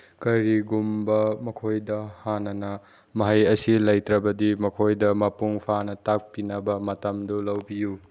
ꯀꯔꯤꯒꯨꯝꯕ ꯃꯈꯣꯏꯗ ꯍꯥꯟꯅꯅ ꯃꯍꯩ ꯑꯁꯤ ꯂꯩꯇ꯭ꯔꯕꯗꯤ ꯃꯈꯣꯏꯗ ꯄꯃꯨꯡ ꯐꯥꯅ ꯇꯥꯛꯄꯤꯅꯕ ꯃꯇꯝꯗꯨ ꯂꯧꯕꯤꯌꯨ